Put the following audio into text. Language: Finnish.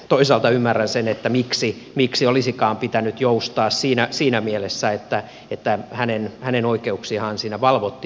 toisaalta ymmärrän sen että miksi olisikaan pitänyt joustaa siinä mielessä että hänen oikeuksiaanhan siinä valvottiin